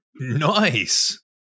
nice